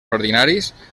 ordinaris